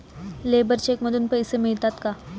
Labour cheque मधून पैसे मिळतात का?